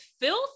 filth